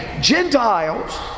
Gentiles